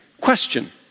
Question